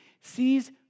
sees